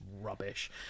rubbish